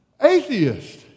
atheist